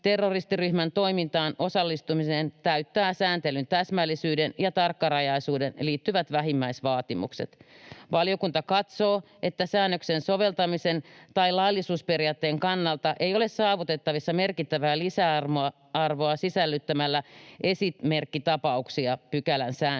terroristiryhmän toimintaan osallistuminen täyttää sääntelyn täsmällisyyteen ja tarkkarajaisuuteen liittyvät vähimmäisvaatimukset. Valiokunta katsoo, että säännöksen soveltamisen tai laillisuusperiaatteen kannalta ei ole saavutettavissa merkittävää lisäarvoa sisällyttämällä esimerkkitapauksia pykälän säännökseen.